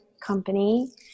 company